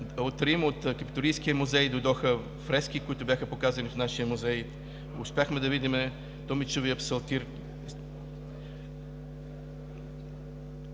От Рим, от Капитолийския музей дойдоха фрески, които бяха показани в нашия музей. Успяхме да видим Томичовия псалтир.